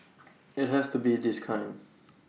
IT has to be this kind